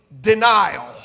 denial